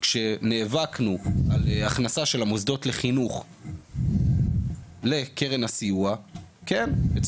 כשנאבקנו על הכנסה של מוסדות החינוך לקרן הסיוע שרת החינוך יפעת